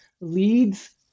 leads